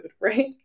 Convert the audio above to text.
right